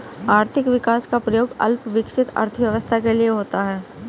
आर्थिक विकास का प्रयोग अल्प विकसित अर्थव्यवस्था के लिए होता है